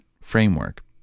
framework